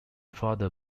father